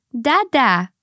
Dada